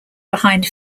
behind